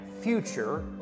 future